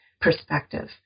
perspective